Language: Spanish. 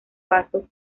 vaso